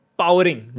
powering